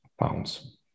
pounds